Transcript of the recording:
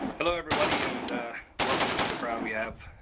hello everybody, and welcome to the crowd we have.